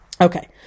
Okay